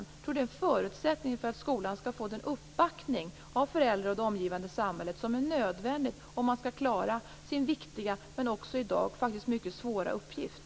Jag tror att det är en förutsättning för att skolan skall få den uppbackning av föräldrar och det omgivande samhället som är nödvändig om man skall klara sin viktiga men i dag faktiskt också mycket svåra uppgift.